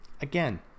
again